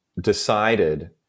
decided